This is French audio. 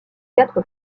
quatre